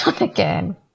again